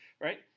right